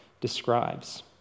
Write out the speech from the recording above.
describes